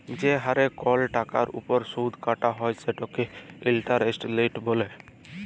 যে হারে কল টাকার উপর সুদ কাটা হ্যয় সেটকে ইলটারেস্ট রেট ব্যলে